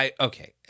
okay